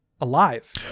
alive